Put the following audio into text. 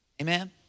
Amen